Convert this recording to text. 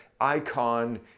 icon